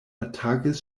atakis